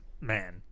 man